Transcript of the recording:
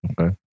okay